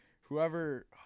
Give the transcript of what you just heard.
whoever